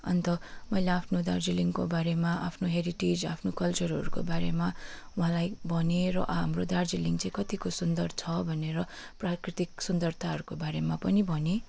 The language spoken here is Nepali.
अन्त मैले आफ्नो दार्जिलिङको बारेमा आफ्नो हेरिटेज आफ्नो कल्चरहरूको बारेमा उहाँलाई भनेँ र हाम्रो दार्जिलिङ चाहिँ कतिको सुन्दर छ भनेर प्राकृतिक सुन्दरताहरूको बारेमा पनि भनेँ